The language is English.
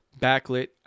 backlit